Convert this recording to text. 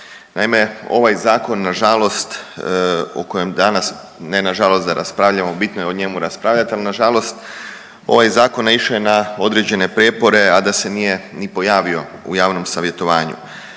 Naime, ovaj zakon nažalost o kojem danas, ne nažalost da raspravljamo, bitno je o njemu raspravljati ali nažalost ovaj zakon naišao je na određene prijepore, a da se nije ni pojavio u javnom savjetovanju.